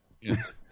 Yes